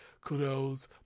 Kudos